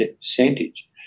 percentage